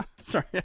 sorry